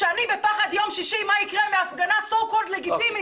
שאני בפחד מה יקרה ביום שישי בהפגנה so called לגיטימית.